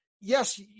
Yes